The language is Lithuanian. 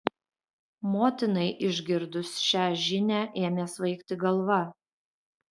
motinai išgirdus šią žinią ėmė svaigti galva